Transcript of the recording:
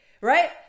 right